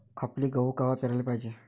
खपली गहू कवा पेराले पायजे?